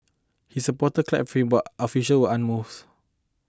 his supporters clapped him but officials were unmoved